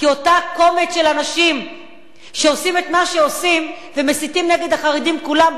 כי אותו קומץ של אנשים שעושים את מה שעושים ומסיתים נגד החרדים כולם,